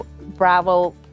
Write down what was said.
bravo